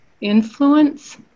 influence